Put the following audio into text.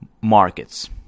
markets